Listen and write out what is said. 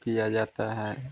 किया जाता है